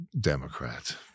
Democrat